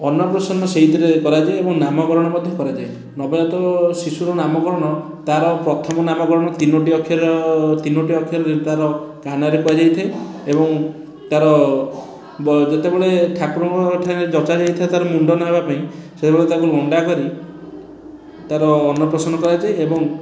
ଅନ୍ନ ପ୍ରସନ୍ନ ସେଇଥିରେ କରାଯାଏ ଏବଂ ନାମକରଣ ମଧ୍ୟ କରଯାଏ ନବଜାତ ଶିଶୁର ନାମକରଣ ତା'ର ପ୍ରଥମ ନାମକରଣ ତିନୋଟି ଅକ୍ଷର ତିନୋଟି ଅକ୍ଷର ତା'ର କାନରେ କୁହାଯାଇଥାଏ ଏବଂ ତା'ର ଯେତେବେଳେ ଠାକୁରଙ୍କ ଠାରେ ଯଚା ଯାଇଥାଏ ତାର ମୁଣ୍ଡନ ହେବା ପାଇଁ ସେତେବେଳେ ତାକୁ ନଣ୍ଡା କରି ତା'ର ଅନ୍ନ ପ୍ରସନ୍ନ କରାଯାଏ ଏବଂ